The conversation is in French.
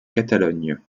catalogne